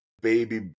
baby